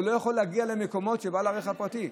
לא יכול להגיע למקומות כמו בעל הרכב הפרטי,